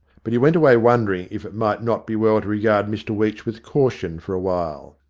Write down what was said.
but he went away wondering if it might not be well to regard mr weech with caution for a while.